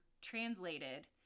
translated